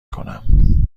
کنم